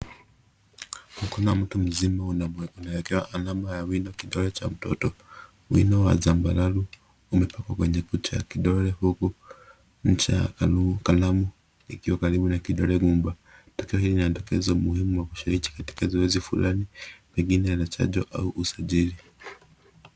Kuna mtu mzima anawekea alama ya wino kidole cha mtoto. Wino wa zambarau umepakwa kwenye kucha ya kidole huku ncha ya kalamu ikiwa karibu na kidole gumba. Tokeo hili linadokeza umuhimu wa kushiriki katika zoezi fulani pengine la chanjo au usajili.